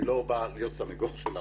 אני לא בא להיות סנגור של האוצר.